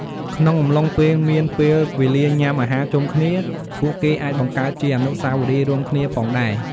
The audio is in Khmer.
ក្នុងអំឡុងពេលមានពេលវេលាញុំាអាហារជុំគ្នា ពួកគេអាចបង្កើតជាអនុស្សាវរីយ៏រួមគ្នាផងដែរ។